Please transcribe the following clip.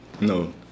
No